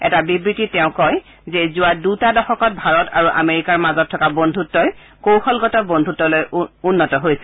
এটা বিবৃতিত তেওঁ কয় যে যোৱা দুটা দশকত ভাৰত আৰু আমেৰিকাৰ মাজত থকা বন্ধতৃই কৌশলগত বন্ধতলৈ উন্নত হৈছে